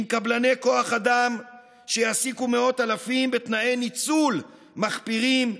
עם קבלני כוח אדם שיעסיקו מאות אלפים בתנאי ניצול מחפירים,